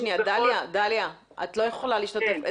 את לא יכולה להשתתף.